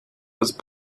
was